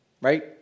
right